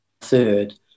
third